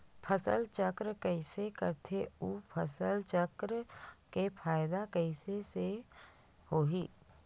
फसल चक्र कइसे करथे उ फसल चक्र के फ़ायदा कइसे से होही?